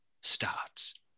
starts